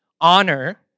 honor